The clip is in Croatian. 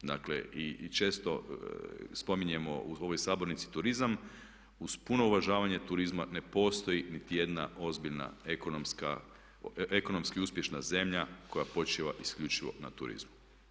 Dakle, često spominjemo u ovoj sabornici turizam uz puno uvažavanje turizma ne postoji niti jedna ozbiljna ekonomski uspješna zemlja koja počiva isključivo na turizmu.